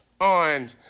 on